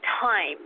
time